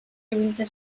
erabiltzen